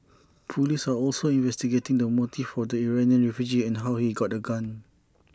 Police are also investigating the motives for the Iranian refugee and how he got A gun